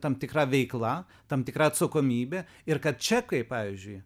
tam tikra veikla tam tikra atsakomybė ir kad čekai pavyzdžiui